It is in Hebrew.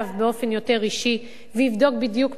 באופן יותר אישי, ויבדוק בדיוק מה הבעיה.